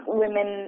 women